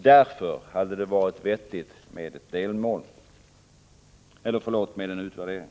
Därför hade det varit vettigt med en utvärdering.